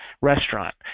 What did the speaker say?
restaurant